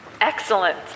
Excellent